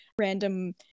random